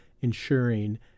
ensuring